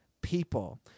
people